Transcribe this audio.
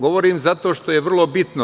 Govorim zato što je vrlo bitno.